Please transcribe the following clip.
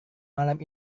malam